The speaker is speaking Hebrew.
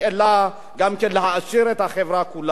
אלא גם כן להעשיר את החברה כולה.